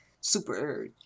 super